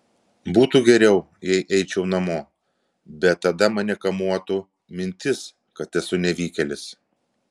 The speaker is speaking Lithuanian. būtų geriau jei eičiau namo bet tada mane kamuotų mintis kad esu nevykėlis